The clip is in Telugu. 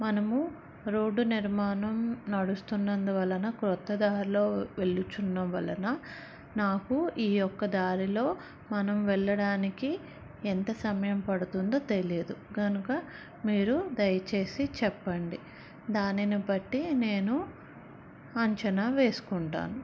మనము రోడ్ నిర్మాణం నడుస్తున్నందు వలన కొత్త దారిలో వెళుతున్నాం వలన నాకు ఈ యొక్క దారిలో మనం వెళ్ళడానికి ఎంత సమయం పడుతుందో తెలియదు కనుక మీరు దయచేసి చెప్పండి దానిని బట్టి నేను అంచనా వేసుకుంటాను